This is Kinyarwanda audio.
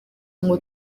ngo